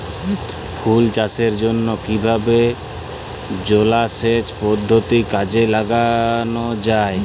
ফুল চাষের জন্য কিভাবে জলাসেচ পদ্ধতি কাজে লাগানো যাই?